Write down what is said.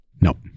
Nope